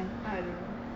ah I don't know